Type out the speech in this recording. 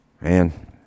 man